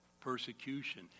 persecution